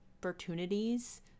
opportunities